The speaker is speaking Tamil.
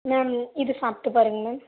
மேம் இது இது சாப்பிட்டு பாருங்க மேம்